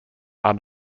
are